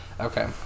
Okay